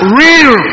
real